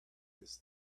this